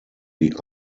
die